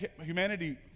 humanity